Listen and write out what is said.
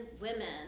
women